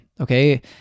Okay